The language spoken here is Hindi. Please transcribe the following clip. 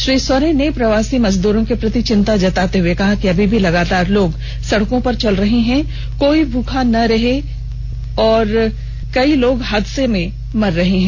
श्री सोरेन ने प्रवासी मजदूरों के प्रति चिंता जताते हुए कहा कि अभी भी लगातार लोग सड़कों पर चल रहे हैं कोई भूख से मर रहे हैं कोई हादसे में मर रहे हैं